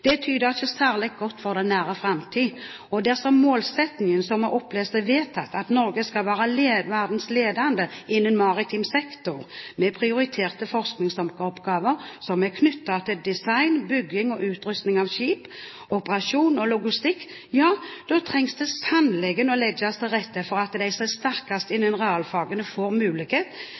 ikke særlig godt for den nære framtid, og dersom målsettingen, som er opplest og vedtatt, at Norge skal være verdens ledende innen maritim sektor med prioriterte forskningsoppgaver som er knyttet til design, bygging og utrustning av skip, operasjon og logistikk, ja da trengs det sannelig at man legger til rette for at de som er sterkest innen realfagene, får mulighet